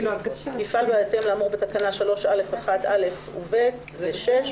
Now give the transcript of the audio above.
יפעל בהתאם לאמור בתקנה 3א(1)(א) ו-(ב) ו-(6),